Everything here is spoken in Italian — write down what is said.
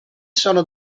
sono